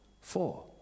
Four